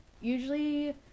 usually